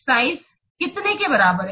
size कितना के बराबर है